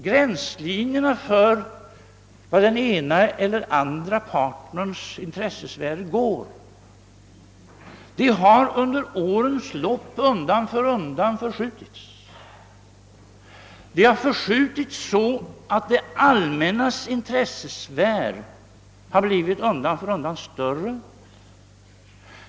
Gränslinjerna mellan den ena och den andra partens intressesfärer har under årens lopp undan för undan förskjutits. De har förskjutits så, att det allmännas intressesfär undan för undan blivit större.